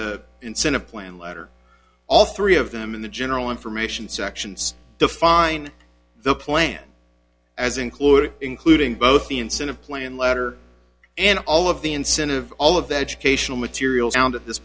the incentive plan letter all three of them in the general information sections define the plan as including including both the incentive plan letter and all of the incentive all of the educational materials found at this